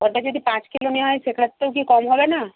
ওটা যদি পাঁচ কিলো নেওয়া হয় সেক্ষেত্রেও কি কম হবে না